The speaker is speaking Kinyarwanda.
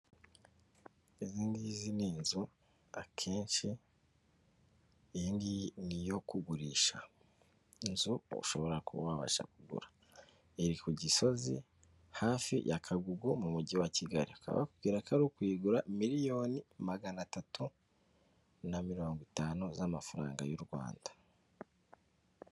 Izi ngizi ni inzu akenshi iyi ngiyi ni iyo kugurisha, inzu ushobora kubasha kugura iri ku Gisozi hafi ya Kagugu mu mujyi wa Kigali. Bakaba bakubwira ko ari ukuyigura miliyoni magana atatu na mirongo itanu z'amafaranga y'u Rwanda.